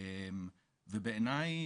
בעיניי,